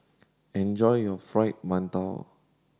enjoy your Fried Mantou